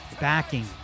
backing